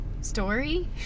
story